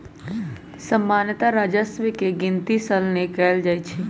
सामान्तः राजस्व के गिनति सलने कएल जाइ छइ